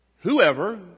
whoever